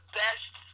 best